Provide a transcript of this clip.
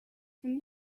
from